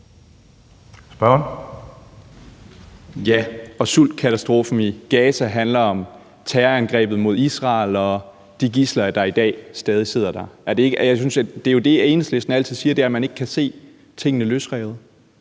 Bjørn (DF): Ja, og sultkatastrofen i Gaza handler om terrorangrebet mod Israel og de gidsler, der i dag stadig sidder der. Det er jo det, Enhedslisten altid siger, altså at man ikke kan se tingene løsrevet.